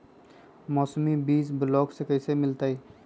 मौसमी बीज ब्लॉक से कैसे मिलताई?